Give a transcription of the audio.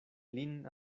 lin